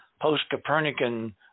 post-Copernican